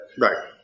Right